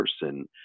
person